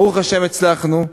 ברוך השם, הצלחנו.